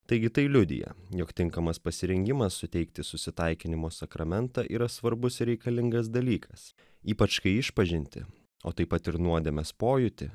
taigi tai liudija jog tinkamas pasirengimas suteikti susitaikinimo sakramentą yra svarbus reikalingas dalykas ypač kai išpažintį o taip pat ir nuodėmės pojūtį